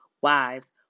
wives